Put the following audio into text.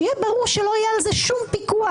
שיהיה ברור שלא יהיה על זה שום פיקוח.